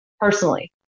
personally